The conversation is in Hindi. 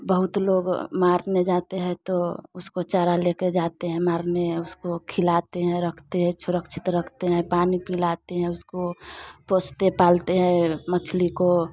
बहुत लोग मारने जाते हैं तो उसको चारा ले कर जाते हैं मारने उसको खिलाते हैं रखते है सुरक्षित रखते हैं पानि पिलाते हैं उसको पोषते पालते हैं मछली को